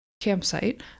campsite